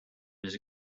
his